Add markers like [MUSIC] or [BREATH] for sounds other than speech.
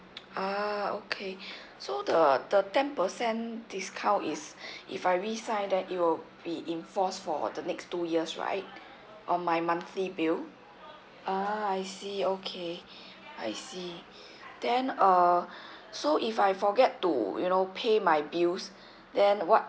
uh okay [BREATH] so the the ten percent discount is [BREATH] if I really sign then it will be in force for the next two years right on my monthly bill uh I see okay [BREATH] I see [BREATH] then uh [BREATH] so if I forget to you know pay my bills then what